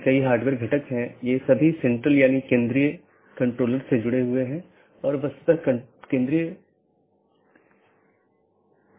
सत्र का उपयोग राउटिंग सूचनाओं के आदान प्रदान के लिए किया जाता है और पड़ोसी जीवित संदेश भेजकर सत्र की स्थिति की निगरानी करते हैं